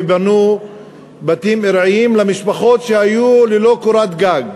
ובנו בתים ארעיים למשפחות שהיו ללא קורת גג.